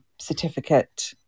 certificate